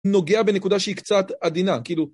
נוגע בנקודה שהיא קצת עדינה, כאילו...